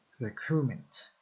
Recruitment